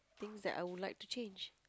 things that I would like to change